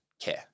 care